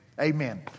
amen